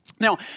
Now